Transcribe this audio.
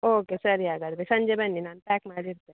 okay ಸರಿ ಹಾಗಾದ್ರೆ ಸಂಜೆ ಬನ್ನಿ ನಾನು ಪ್ಯಾಕ್ ಮಾಡಿ ಇಡ್ತೇನೆ